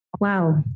Wow